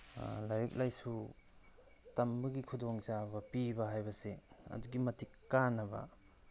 ꯂꯥꯏꯔꯤꯛ ꯂꯥꯏꯁꯨ ꯇꯝꯕꯒꯤ ꯈꯨꯗꯣꯡ ꯆꯥꯕ ꯄꯤꯕ ꯍꯥꯏꯕꯁꯤ ꯑꯗꯨꯛꯀꯤ ꯃꯇꯤꯛ ꯀꯥꯟꯅꯕ